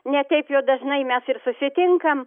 ne taip jau dažnai mes ir susitinkam